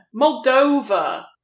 Moldova